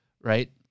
right